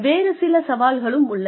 வேறு சில சவால்களும் உள்ளன